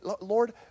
Lord